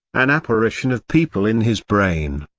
an apparition of people in his brain.